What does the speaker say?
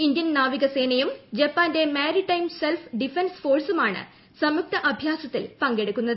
Indian നാവിക സേനയും ജപ്പാന്റെ മാരിടൈം സെൽഫ് ഡിഫൻസ് ഫോഴ്സുമാണ് സംയുക്ത അഭ്യാസത്തിൽ പങ്കെടുക്കുന്നത്